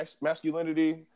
masculinity